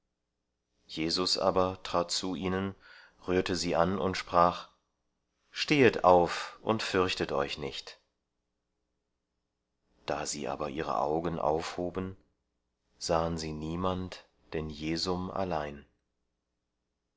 jesus aber trat zu ihnen rührte sie an und sprach stehet auf und fürchtet euch nicht da sie aber ihre augen aufhoben sahen sie niemand denn jesum allein